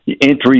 entry